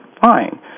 fine